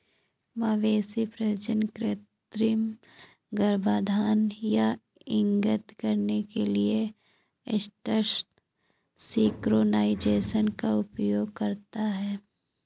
मवेशी प्रजनन कृत्रिम गर्भाधान यह इंगित करने के लिए एस्ट्रस सिंक्रोनाइज़ेशन का उपयोग करता है